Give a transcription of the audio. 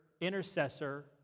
Intercessor